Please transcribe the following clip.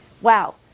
wow